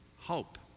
hope